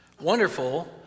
wonderful